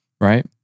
Right